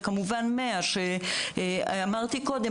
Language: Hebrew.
וכמובן 100. אמרתי קודם,